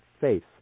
faith